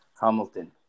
Hamilton